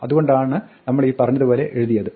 അതുകൊണ്ടാണ് നമ്മൾ ഈ പറഞ്ഞതുപോലെ എഴുതിയത്